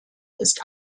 ist